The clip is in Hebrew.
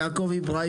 יעקב אברהים